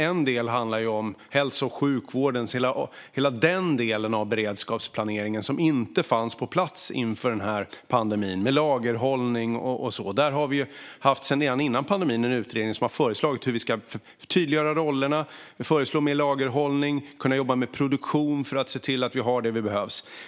En del handlar om hälso och sjukvården och hela den del av beredskapsplaneringen som inte fanns på plats inför pandemin, med lagerhållning och så vidare. Vi har redan sedan före pandemin haft en utredning som har föreslagit hur vi ska tydliggöra rollerna. Man föreslår mer lagerhållning och att vi ska kunna jobba med produktion för att se till att vi har det vi behöver.